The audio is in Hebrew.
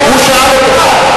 פסק הלכה,